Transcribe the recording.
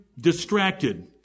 distracted